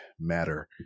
matter